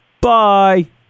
Bye